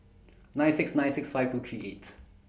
nine six nine six five two three eight